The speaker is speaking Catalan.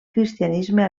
cristianisme